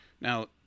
now